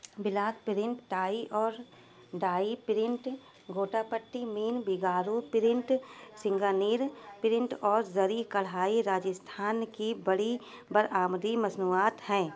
block print tie اور dye print گوٹاپٹی مین بگارو پرنٹ سنگانیر پرنٹ اور زری کڑھائی راجستھان کی بڑی برآمدی مصنوعات ہیں